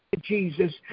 Jesus